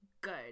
good